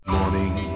morning